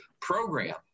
Program